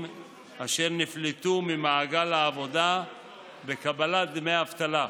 אשר נפלטו ממעגל העבודה בקבלת דמי אבטלה.